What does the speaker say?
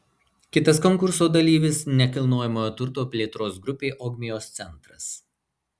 kitas konkurso dalyvis nekilnojamojo turto plėtros grupė ogmios centras